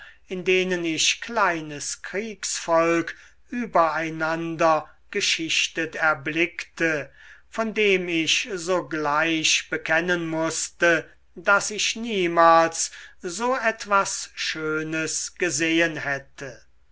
in denen ich kleines kriegsvolk über einander geschichtet erblickte von dem ich sogleich bekennen mußte daß ich niemals so etwas schönes gesehen hätte